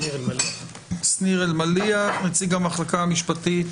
שניר אלמליח, נציג המחלקה המשפטית